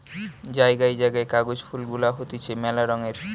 জায়গায় জায়গায় কাগজ ফুল গুলা হতিছে মেলা রঙের